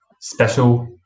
special